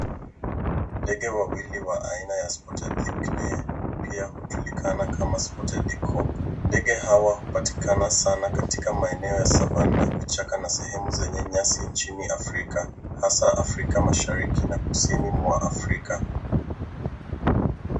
Ndege wawili wa aina ya spotted ikne pia hujulikana kama spotted ikop . Ndege hawa hupatikana katika maeneo ya savannah , vichaka na sehemu za nyasi nchini Afrika, hasa Afrika Mashariki na Kusini mwa Afrika.